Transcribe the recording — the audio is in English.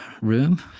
room